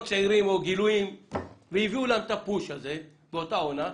צעירים והביאו להם את הפוש באותה עונה,